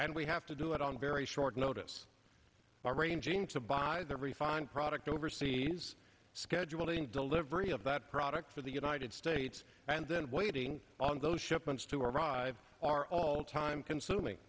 and we have to do it on very short notice by ranging to buy the refined product overseas scheduling delivery of that product for the united states and then waiting on those shipments to arrive our all time consuming